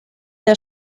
der